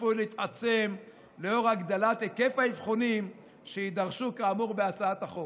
צפוי להתעצם לנוכח הגדלת היקף האבחונים שיידרשו כאמור לפי הצעת החוק.